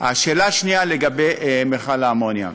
השאלה שנייה, לגבי מפעל האמוניה,